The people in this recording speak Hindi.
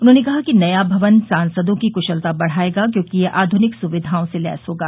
उन्होंने कहा कि नया भवन सांसदों की क्शलता बढ़ाएगा क्योंकि यह आधनिक सुविधाओं से लैस होगा